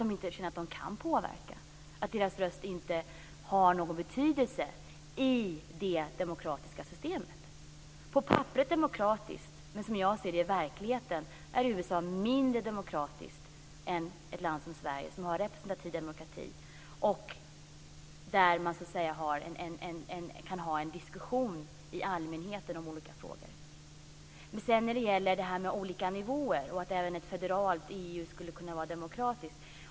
De känner att de inte kan påverka och att deras röst inte har någon betydelse i det demokratiska systemet. På papperet är det demokratiskt, men som jag ser det är USA mindre demokratiskt i verkligheten än ett land som Sverige som har representativ demokrati där allmänheten kan föra en diskussion om olika frågor. Sedan gäller det detta med olika nivåer och att även ett federalt EU skulle kunna vara demokratiskt.